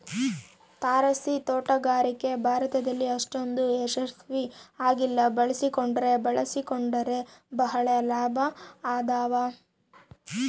ತಾರಸಿತೋಟಗಾರಿಕೆ ಭಾರತದಲ್ಲಿ ಅಷ್ಟೊಂದು ಯಶಸ್ವಿ ಆಗಿಲ್ಲ ಬಳಸಿಕೊಂಡ್ರೆ ಬಳಸಿಕೊಂಡರೆ ಬಹಳ ಲಾಭ ಅದಾವ